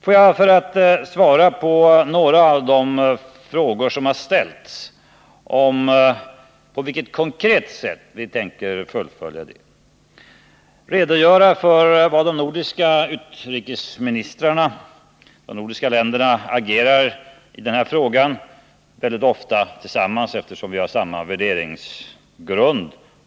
Får jag, för att svara på några av de frågor som har ställts om på vilket konkret sätt vi tänker fullfölja denna linje, redogöra för vad de nordiska utrikesministrarna gjort. De nordiska länderna agerar i den här frågan mycket ofta tillsammans, eftersom vi har samma värderingsgrund.